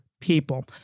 people